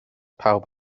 pawb